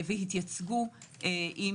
והתייצבו עם